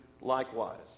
likewise